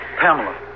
Pamela